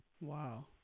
Wow